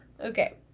okay